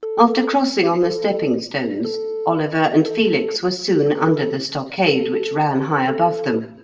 after crossing on the stepping-stones oliver and felix were soon under the stockade which ran high above them,